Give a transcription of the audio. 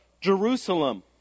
Jerusalem